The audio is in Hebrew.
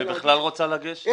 להגיש -- אם היא בכלל רוצה לגשת.